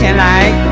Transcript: and my